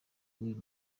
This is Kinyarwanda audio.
bw’uyu